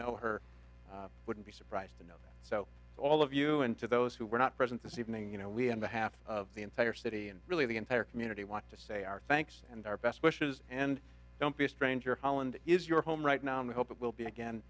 know her wouldn't be surprised to know so all of you and to those who were not present this evening you know we have a half of the entire city and really the entire community want to say our thanks and our best wishes and don't be a stranger holland is your home right now and we hope it will be again